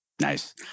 nice